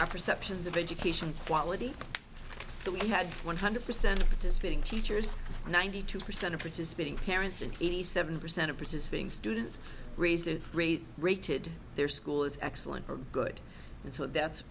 our perceptions of education quality so we had one hundred percent just getting teachers ninety two percent of participating parents and eighty seven percent of participating students raise the rate rated their school is excellent or good and so that's